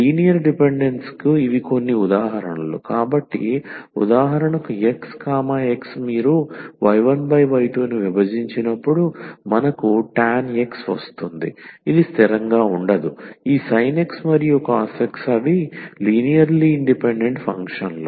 linear డిపెండెన్సుకి ఇవి కొన్ని ఉదాహరణలు కాబట్టి ఉదాహరణకు x x మీరు y1y2 ను విభజించినప్పుడు మనకు tan x వస్తుంది ఇది స్థిరంగా ఉండదు ఈ sin x మరియు cos x అవి లినియర్ లీ ఇండిపెండెంట్ ఫంక్షన్లు